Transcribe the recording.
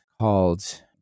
called